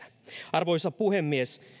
arvoisa puhemies